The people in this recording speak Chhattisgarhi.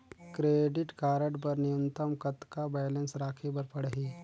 क्रेडिट कारड बर न्यूनतम कतका बैलेंस राखे बर पड़ही?